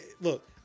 Look